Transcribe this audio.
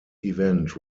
event